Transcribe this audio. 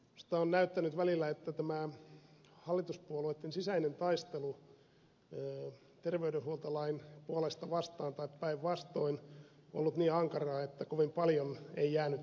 minusta on näyttänyt välillä siltä että tämä hallituspuolueitten sisäinen taistelu terveydenhuoltolain puolesta vastaan tai päinvastoin on ollut niin ankaraa että kovin paljon ei jäänyt jäljelle tähän varsinaiseen lakiesitykseen